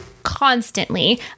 constantly